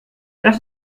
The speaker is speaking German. das